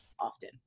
often